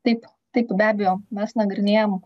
taip taip be abejo mes nagrinėjam